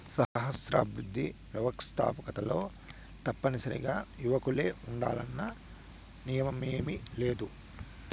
సహస్రాబ్ది వ్యవస్తాకతలో తప్పనిసరిగా యువకులే ఉండాలన్న నియమేమీలేదు